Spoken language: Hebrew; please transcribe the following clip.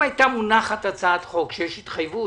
אם היתה מונחת הצעת חוק שיש התחייבות